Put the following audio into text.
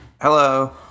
Hello